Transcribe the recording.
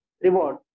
reward